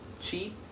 Cheap